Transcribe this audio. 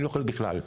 אני לא אוכלת בכלל,